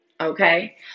okay